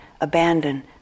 abandon